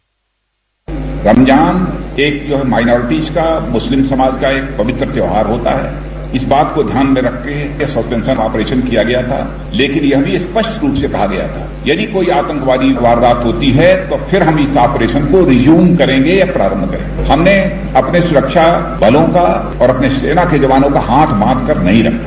bite Ramzan एक minorities का Muslim समाज का एक पवित्र त्यौहार होता है इस बात को ध्यान में रखकर यह सस्पेंशन ऑपरेशन किया गया था लेकिन यह भी स्पष्ट रूप से कहा गया था यदि कोई आतंकवादी वारदात होती है तो फिर हम इस ऑपरेशन को रिज्यूम करेंगे या प्रारंभ करेंगे हमने अपने सुरक्षाबलों का और अपने सेना के जवानों का हाथ बांध के नहीं रखा